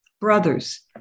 Brothers